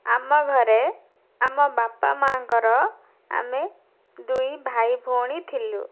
ଆମ ଘରେ ଆମ ବାପା ମାଙ୍କର ଆମେ ଦୁଇ ଭାଇ ଭଉଣୀ ଥିଲୁ